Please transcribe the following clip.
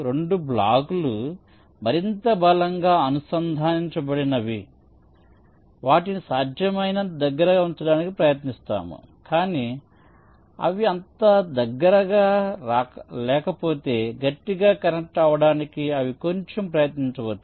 రెండు బ్లాక్లు మరింత బలంగా అనుసంధానించబడినవి మనము వాటిని సాధ్యమైనంత దగ్గరగా ఉంచడానికి ప్రయత్నిస్తాము కానీ అవి అంత దగ్గరగా లేకపోతే గట్టిగా కనెక్ట్ అవడానికి అవి కొంచెం ప్రయత్నించవచ్చు